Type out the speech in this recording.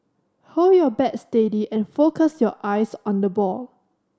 hold your bat steady and focus your eyes on the ball